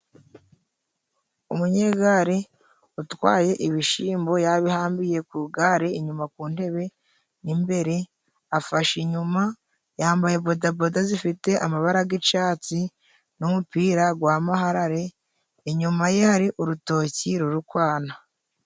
Umunyegari utwaye ibishimbo yabihambiye ku igare inyuma ku ntebe imbere afashe inyuma yambaye bodaboda zifite amabara g'icatsi n'umupira gwa maharare inyuma ye hari urutoki ruri kwana.